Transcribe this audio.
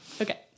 Okay